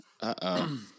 Uh-oh